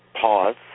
pause